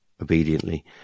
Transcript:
Obediently